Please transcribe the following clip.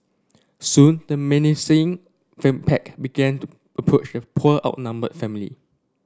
soon the menacing fame pack began to approach the poor outnumbered family